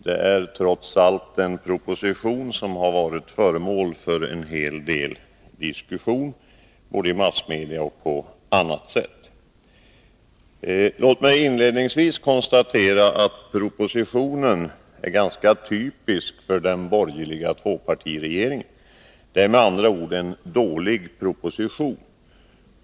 Det handlar trots allt om en proposition som har varit föremål för en hel del diskussion både i massmedia och på annat sätt. Låt mig inledningsvis konstatera att propositionen är ganska typisk för den borgerliga tvåpartiregeringen. Det är med andra ord en dålig proposition.